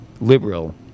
liberal